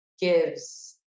gives